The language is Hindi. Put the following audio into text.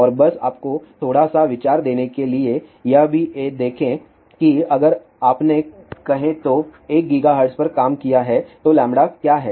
और बस आपको थोड़ा सा विचार देने के लिए यह भी देखें कि अगर आपने कहे तो 1 गीगाहर्ट्ज पर काम किया है तो λ क्या है